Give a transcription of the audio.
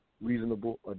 reasonable